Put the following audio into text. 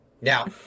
now